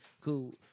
Cool